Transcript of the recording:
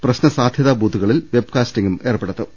പ്രശ്നസാധ്യതാ ബൂത്തുകളിൽ വെബ്കാസ്റ്റിംഗും ഏർപ്പെ ടുത്തും